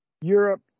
Europe